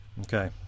Okay